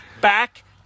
back